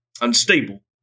unstable